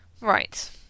right